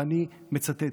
ואני מצטט: